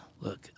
Look